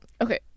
okay